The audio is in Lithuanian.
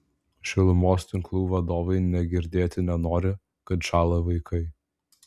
šilumos tinklų vadovai nė girdėti nenori kad šąla vaikai